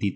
tí